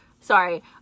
sorry